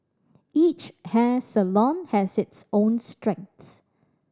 each hair salon has its own strengths